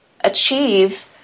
achieve